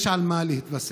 יש על מה להתבסס.